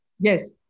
Yes